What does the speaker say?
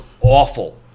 awful